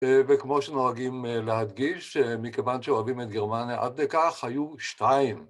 וכמו שנוהגים להדגיש, מכיוון שאוהבים את גרמניה עד כדי כך, היו שתיים.